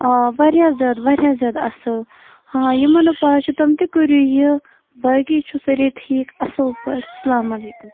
آ واریاہ زیادٕ واریاہ زیادٕ اصل ہاں یِمن نہٕ پاے چھِ تِم تہِ کٕرِو یہِ باقٕے چھِو سٲری ٹھیٖک اصٕل پٲٹھۍ السلام علیکُم